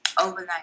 overnight